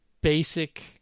basic